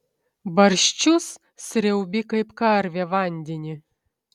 barščius sriaubi kaip karvė vandenį